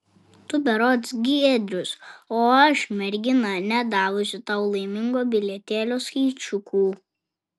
tu berods giedrius o aš mergina nedavusi tau laimingo bilietėlio skaičiukų